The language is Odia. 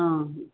ହଁ